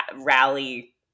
rally